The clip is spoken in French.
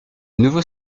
nouveau